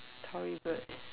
Tory Burch